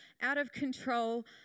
out-of-control